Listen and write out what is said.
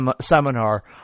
seminar